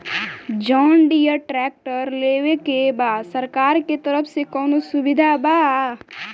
John Deere tractor लेवे के बा सरकार के तरफ से कौनो सुविधा बा?